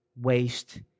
waste